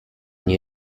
nie